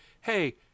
hey